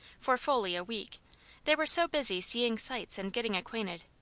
for fully a week they were so busy seeing sights and getting acquainted.